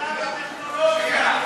פגם טכנולוגי,